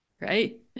right